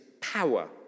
power